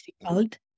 difficult